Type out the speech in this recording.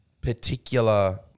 particular